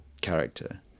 character